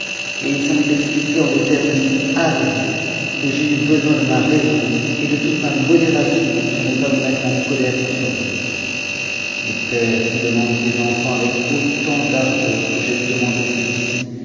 et it s'en est expliqué en des termes si hardis que j'ai eu besoin de ma raison et de toute ma modération pour ne pas me mettre en colère contre lui les pères qui demandent des enfants avec autant d'ardeur que j'ai demandé celui-ci